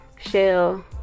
shell